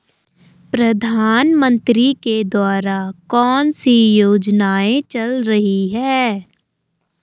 प्रधानमंत्री के द्वारा कौनसी योजनाएँ चल रही हैं?